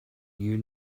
you